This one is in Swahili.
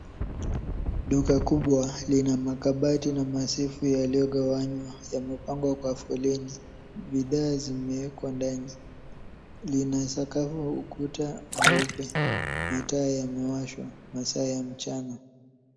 Duka kubwa lina makabati na masifu yaliyogawanywa . Yamepangwa kwa foleni ,bidhaa zimewekwa ndani . Lina sakafu ukuta mweupe mataa yamewashwa masaa ya mchana.